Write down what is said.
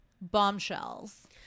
bombshells